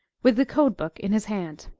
with the code book in his hand.